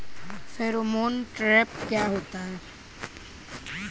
Pheromone trap क्या होता है?